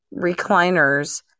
recliners